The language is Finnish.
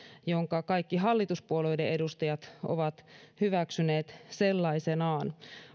jonka kaikki hallituspuolueiden edustajat ovat hyväksyneet sellaisenaan